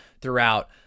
throughout